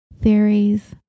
theories